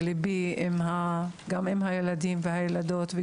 ליבי עם הילדים והילדות,